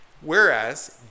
Whereas